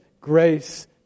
Grace